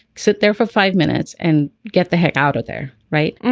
sit there for five minutes and get the heck out of there. right.